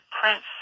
prince